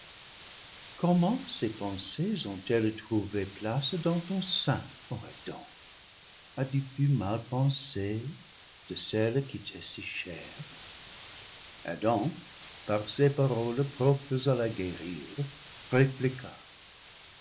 comment ces pensées ont-elles trouvé place dans ton sein ô adam as-tu pu mal penser de celle qui t'est si chère adam par ces paroles propres à la guérir